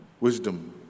Wisdom